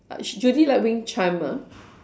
uh sh~ Judy like wind chime ah